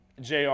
jr